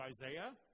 Isaiah